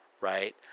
Right